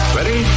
Ready